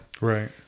Right